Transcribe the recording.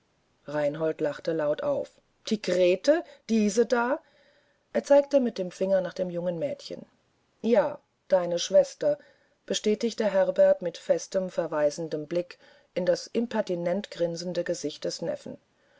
reinhold lachte laut auf die grete diese da er zeigte mit dem finger nach dem jungen mädchen ja deine schwester bestätigte herbert mit festem verweisendem blick in das impertinent grinsende gesicht des neffen